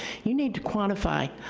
you need to quantify.